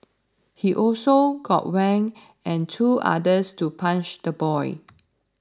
he also got Wang and two others to punch the boy